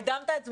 הקדמת את זמנך.